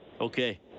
okay